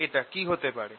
এটা কি হতে পারে